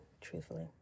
truthfully